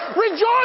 Rejoice